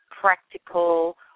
practical